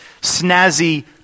snazzy